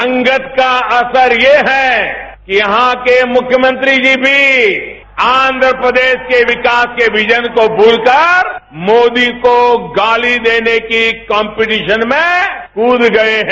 संगत का असर ये है कि यहां के मुख्यमंत्री जी भी आंध्र प्रदेश के विकास के विजन को भूलकर मोदी को गाली देने की कॉम्पेटिशन में कूद गए हैं